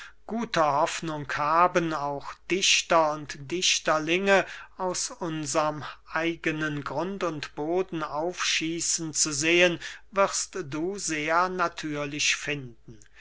gute hoffnung haben auch dichter und dichterlinge aus unserm eigenen grund und boden aufschießen zu sehen wirst du sehr natürlich finden